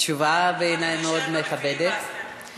תשובה מכבדת מאוד בעיני.